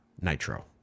Nitro